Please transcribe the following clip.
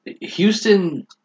Houston